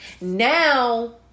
now